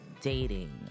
dating